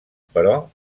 però